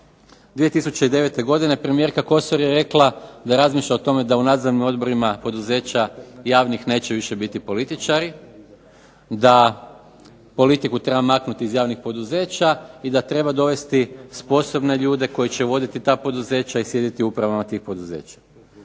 2009. godine premijerka Kosor je rekla da razmišlja o tome da u nadzornim odborima poduzeća javnih neće više biti političari, da politiku treba maknuti iz javnih poduzeća i da treba dovesti sposobne ljude koji će voditi ta poduzeća i sjediti u upravama tih poduzeća.